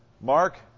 Mark